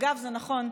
אגב, זה נכון,